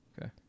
Okay